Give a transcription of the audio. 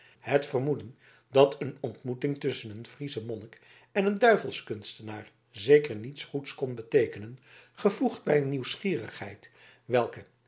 het vermoeden dat een ontmoeting tusschen een frieschen monnik en een duivelskunstenaar zeker niets goeds kon beteekenen gevoegd bij een nieuwsgierigheid welke